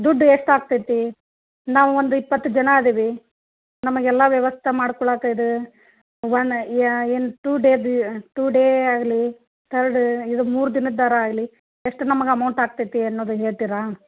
ದುಡ್ಡು ಎಷ್ಟಾಗ್ತೈತಿ ನಾವು ಒಂದು ಇಪ್ಪತ್ತು ಜನ ಇದೀವಿ ನಮಗೆಲ್ಲ ವ್ಯವಸ್ಥೆ ಮಾಡ್ಕೊಳಕ್ಕ ಇದು ಒನ್ ಏನು ಟೂ ಡೇದು ಟೂ ಡೇ ಆಗಲಿ ತರ್ಡ್ ಇದು ಮೂರು ದಿನದ್ದಾರೂ ಆಗಲಿ ಎಷ್ಟು ನಮಗೆ ಅಮೌಂಟ್ ಆಗ್ತೈತಿ ಅನ್ನೋದು ಹೇಳ್ತೀರಾ